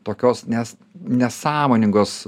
tokios nes nesąmoningos